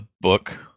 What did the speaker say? book